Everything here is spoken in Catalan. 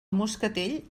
moscatell